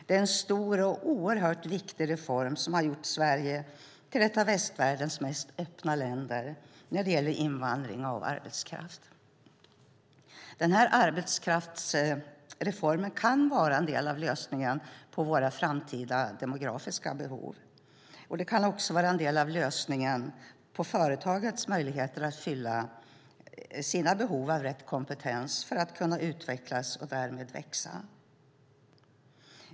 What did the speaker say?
Det är en stor och viktig reform som har gjort Sverige till ett av västvärldens mest öppna länder när det gäller invandring av arbetskraft. Den här arbetskraftsreformen kan vara en del av lösningen på våra framtida demografiska behov. Det kan också vara en del av lösningen för företagen för att fylla sina behov av rätt kompetens för att kunna utvecklas och därmed växa.